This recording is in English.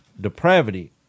depravity